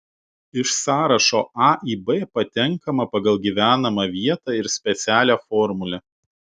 iš sąrašo a į b patenkama pagal gyvenamą vietą ir specialią formulę